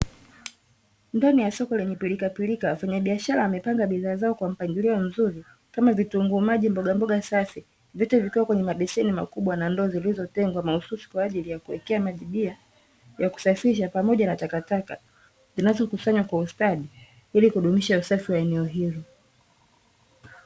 Ndani ya soko lenye pilikapilika wafanyabiashara wamepanga bidhaa zao kwenye mpangilio mzuri kama vitunguu maji, mbogamboga safi vitu vikiwa kwenye mabeseni makubwa na ndoo zilizotengwa mahususi kwa ajili ya kuwekea majibia ya kusafisha pamoja na takataka zinazokusanywa kwa ustadi ili kudumisha usafi wa eneo hilo.